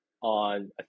on